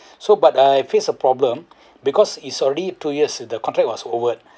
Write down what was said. so but I face a problem because it's already two years the contract was over